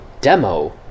demo